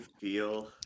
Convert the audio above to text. feel